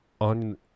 on